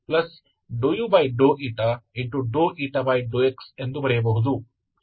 ∂xಎಂದು ಬರೆಯಬಹುದು